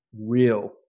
real